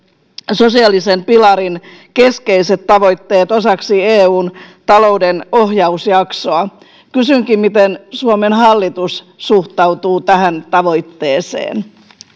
sosiaalisen pilarin keskeiset tavoitteet osaksi eun talouden ohjausjaksoa kysynkin miten suomen hallitus suhtautuu tähän tavoitteeseen